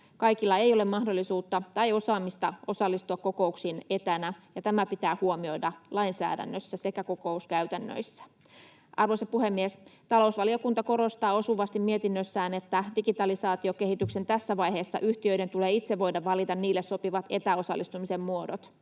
Kaikilla ei ole mahdollisuutta tai osaamista osallistua kokouksiin etänä, ja tämä pitää huomioida lainsäädännössä sekä kokouskäytännöissä. Arvoisa puhemies! Talousvaliokunta korostaa osuvasti mietinnössään, että digitalisaatiokehityksen tässä vaiheessa yhtiöiden tulee itse voida valita niille sopivat etäosallistumisen muodot.